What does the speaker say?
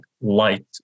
light